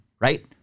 right